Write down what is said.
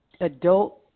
adult